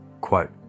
Quote